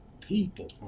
people